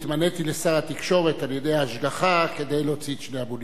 נתמניתי לשר התקשורת על-ידי ההשגחה כדי להוציא את שני הבולים האלה,